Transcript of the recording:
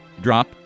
drop